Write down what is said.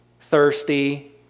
thirsty